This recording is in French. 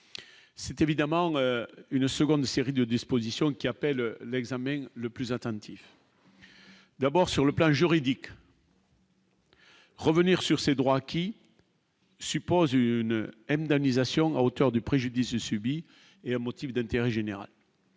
c'est évidemment une seconde série de dispositions qui appelle l'examen le plus attentif. D'abord sur le plan juridique. Revenir sur ces droits, qui suppose une Hemdani station à hauteur du préjudice subi et un motif d'intérêt général,